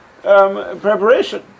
preparation